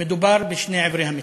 מדובר בשני עברי המתרס,